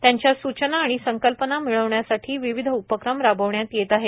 त्यांच्या सूचना आणि संकल्पना मिळविण्यासाठी विविध उपक्रम राबविण्यात येत आहेत